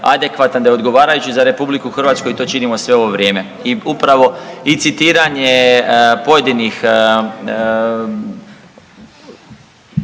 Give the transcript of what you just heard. da je odgovarajući za RH i to činimo sve ovo vrijeme i upravo i citiranje pojedinih